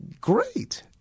great